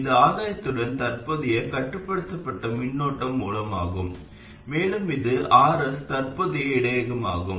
இது ஆதாயத்துடன் தற்போதைய கட்டுப்படுத்தப்பட்ட மின்னோட்ட மூலமாகும் மேலும் இது R s தற்போதைய இடையகமாகும்